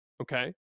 Okay